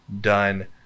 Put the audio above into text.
done